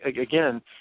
again